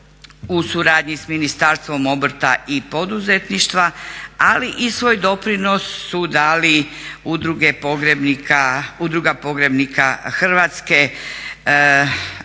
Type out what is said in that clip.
u suradnji s Ministarstvom obrta i poduzetništva, ali i svoj doprinos su dali Udruga pogrebnika Hrvatske,